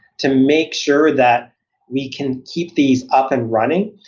to make sure that we can keep these up and running.